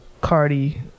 Cardi